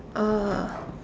oh